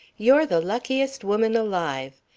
you're the luckiest woman alive.